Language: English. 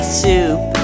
soup